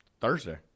Thursday